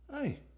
Hey